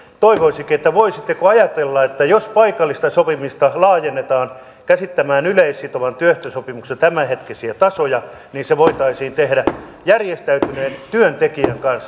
toivoisinkin että voisitte ajatella että jos paikallista sopimista laajennetaan käsittämään yleissitovan työehtosopimuksen tämänhetkisiä tasoja niin se voitaisiin tehdä järjestäytyneen työntekijän kanssa työpaikalla